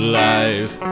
life